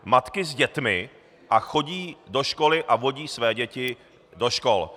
Matky s dětmi chodí do školy a vodí své děti do škol.